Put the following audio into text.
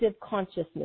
consciousness